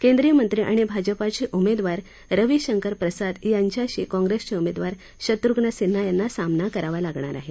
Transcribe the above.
केंद्रीय मंत्री आणि भाजपाचे उमेदवार रविशंकर प्रसाद यांच्याशी कॉंग्रेसचे उमेदवार शत्रुघ्न सिन्हा यांना सामना करावा लागणार आहे